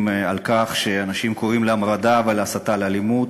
לאנשים שקוראים להמרדה ולהסתה לאלימות,